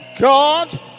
God